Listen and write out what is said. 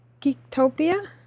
geektopia